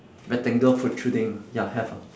rectangle protruding ya have ah